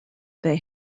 they